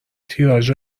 تیتراژ